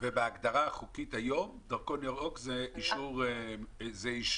ובהגדרה החוקית היום דרכון ירוק זה אישור החלמה?